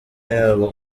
yabo